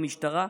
למשטרה,